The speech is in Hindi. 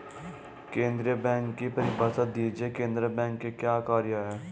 केंद्रीय बैंक की परिभाषा दीजिए केंद्रीय बैंक के क्या कार्य हैं?